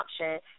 option